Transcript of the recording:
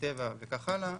בטבע וכך הלאה,